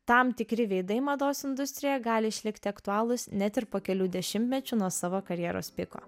tam tikri veidai mados industrijoje gali išlikti aktualūs net ir po kelių dešimtmečių nuo savo karjeros piko